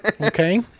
Okay